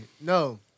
No